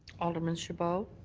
alderman chabot.